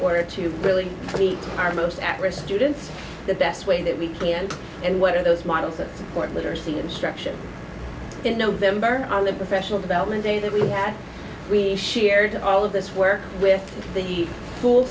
order to really treat our most at risk students the best way that we can and what are those models of support literacy instruction in november on the professional development day that we have we shared all of this work with the